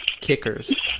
kickers